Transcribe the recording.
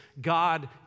God